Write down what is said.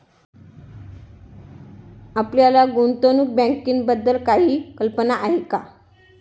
आपल्याला गुंतवणूक बँकिंगबद्दल काही कल्पना आहे का?